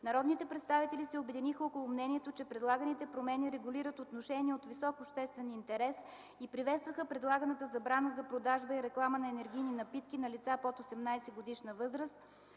Народните представители се обединиха около мнението, че предлаганите промени регулират отношения от висок обществен интерес и приветстваха предлаганата забрана за продажба и реклама на енергийни напитки на лица под 18-годишна възраст,